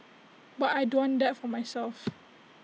but I don't want that for myself